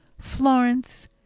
florence